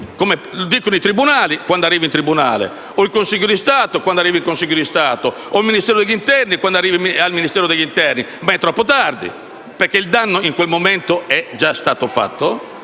come riconoscono i tribunali (quando si arriva in tribunale), il Consiglio di Stato (quando si arriva in Consiglio di Stato) o il Ministero dell'interno (quando si arriva al Ministero dell'interno); ma è troppo tardi, perché il danno in quel momento è già stato fatto.